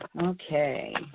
Okay